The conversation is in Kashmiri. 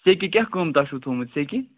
سٮ۪کہِ کیٛاہ قۭمتھاہ چھُو تھوٚومُت سٮ۪کہِ